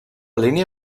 línia